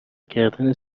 کردن